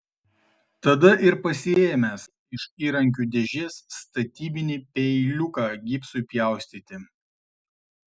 tada ir pasiėmęs iš įrankių dėžės statybinį peiliuką gipsui pjaustyti